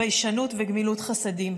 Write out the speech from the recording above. ביישנות וגמילות חסדים.